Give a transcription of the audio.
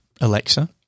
Alexa